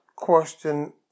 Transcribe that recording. Question